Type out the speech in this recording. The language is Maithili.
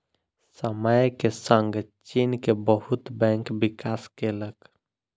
समय के संग चीन के बहुत बैंक विकास केलक